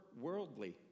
worldly